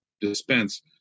dispense